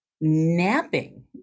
napping